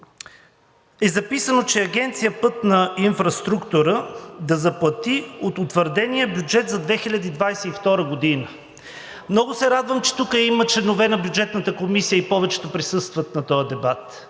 е записано, че Агенция „Пътна инфраструктура“ да заплати от утвърдения бюджет за 2022 г. Много се радвам, че тук има членове на Бюджетната комисия и повечето присъстват на този дебат.